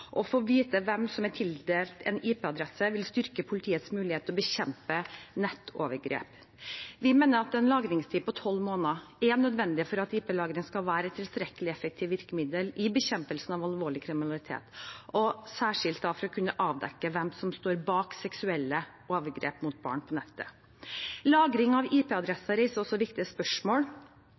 Å få vite hvem som er tildelt en IP-adresse, vil styrke politiets mulighet til å bekjempe nettovergrep. Vi mener at en lagringstid på tolv måneder er nødvendig for at IP-lagring skal være et tilstrekkelig effektivt virkemiddel i bekjempelsen av alvorlig kriminalitet, og særskilt for å kunne avdekke hvem som står bak seksuelle overgrep mot barn på nettet. Lagring av IP-adresser reiser også viktige spørsmål